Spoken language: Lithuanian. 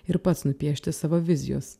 ir pats nupiešti savo vizijos